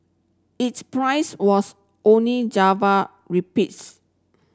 its price was only Java rupees